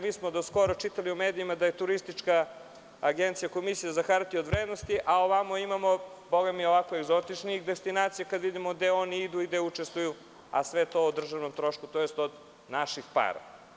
Mi smo do skoro čitali u medijima da je turistička agencija Komisije za hartije od vrednosti, a ovamo imamo i egzotične destinacije kada vidimo gde oni idu i gde učestvuju, a sve to o državnom trošku, od naših para.